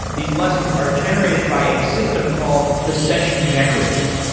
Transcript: these lessons are generated by a system called the session generator.